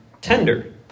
tender